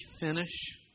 finish